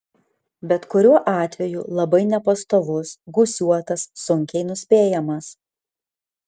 bet kuriuo atveju labai nepastovus gūsiuotas sunkiai nuspėjamas